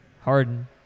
Harden